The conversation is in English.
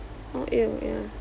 oh !eww! ya